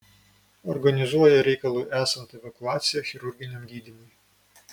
organizuoja reikalui esant evakuaciją chirurginiam gydymui